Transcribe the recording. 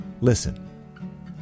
Listen